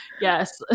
yes